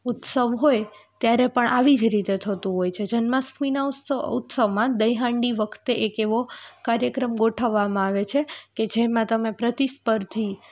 ઉત્સવ હોય ત્યારે પણ આવી જ રીતે થતું હોય છે જન્માષ્ટમીના ઉત્સ ઉત્સવમાં દહીં હાંડી વખતે એક એવો કાર્યક્રમ ગોઠવવામાં આવે છે કે જેમાં તમે પ્રતિસ્પર્ધી